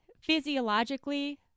physiologically